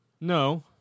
No